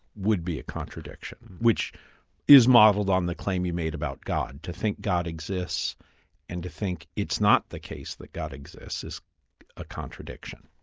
would be a contradiction, which is modelled on the claim you made about god to think god exists and to think it's not the case that god exists, is a contradiction.